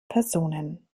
personen